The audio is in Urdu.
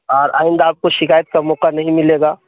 اور آئندہ آپ کو شکایت کا موقع نہیں ملے گا